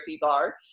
Bar